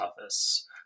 office